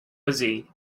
busy